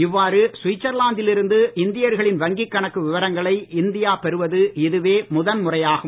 இவ்வாறு ஸ்விட்சர்லாந்தில் இருந்து இந்தியர்களின் வங்கி கணக்கு விவரங்களை இந்தியா பெறுவது இதுவே முதல்முறையாகும்